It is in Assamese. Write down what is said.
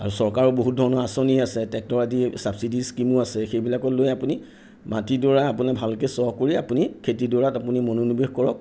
আৰু চৰকাৰৰ বহুত ধৰণৰ আঁচনি আছে ট্ৰেক্টৰ আদি ছাবচিটি স্কিমো আছে সেইবিলাকো লৈ আপুনি মাটিডৰা আপুনি ভালকৈ চহ কৰি আপুনি খেতিডৰাত আপুনি মনোনিৱেশ কৰক